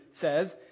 says